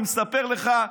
אני מספר לך,